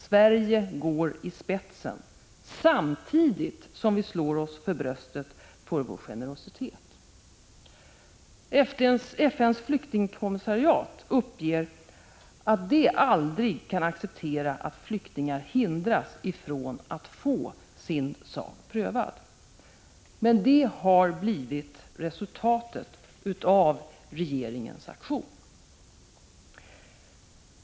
Sverige går i spetsen, samtidigt som vi slår oss för bröstet för vår generositet! FN:s flyktingkommissariat uppger att det aldrig kan acceptera att flyktingar hindras från att få sin sak prövad. Men detta har blivit resultatet av regeringens aktion.